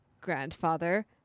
Grandfather